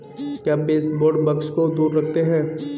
क्या baseboard bugs को दूर रखते हैं?